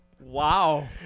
Wow